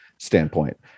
standpoint